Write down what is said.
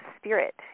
spirit